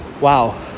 Wow